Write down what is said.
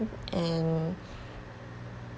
and